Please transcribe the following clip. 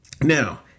Now